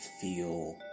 feel